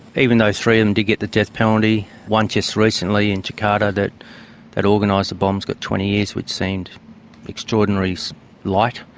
even though three of them did get the death penalty one just recently in jakarta that that organised the bombs got twenty years, which seemed extraordinarily so light,